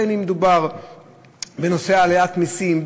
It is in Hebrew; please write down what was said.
גם אם מדובר בנושא עליית מסים,